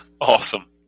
Awesome